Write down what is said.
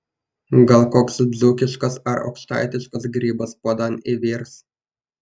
gal koks dzūkiškas ar aukštaitiškas grybas puodan įvirs